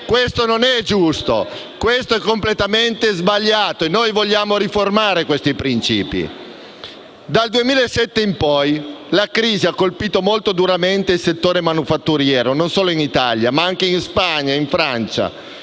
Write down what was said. Questo non è giusto, è completamente sbagliato e noi vogliamo riformare questi principi. Dal 2007 in poi la crisi ha colpito molto duramente il settore manifatturiero, non solo in Italia, ma anche in Spagna, che